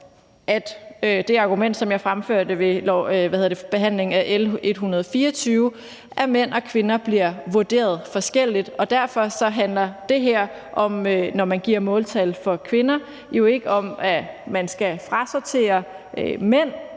det argument, jeg fremførte ved behandlingen af L 124, nemlig at mænd og kvinder bliver vurderet forskelligt, og derfor handler det her med, at man giver måltal for kvinder, jo ikke om, at man skal frasortere mænd,